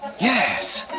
Yes